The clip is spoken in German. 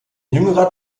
jüngerer